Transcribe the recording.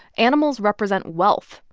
animals represent wealth.